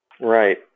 Right